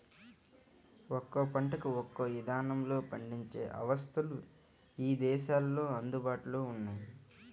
ఒక్కో పంటకు ఒక్కో ఇదానంలో పండించే అవస్థలు ఇదేశాల్లో అందుబాటులో ఉన్నయ్యి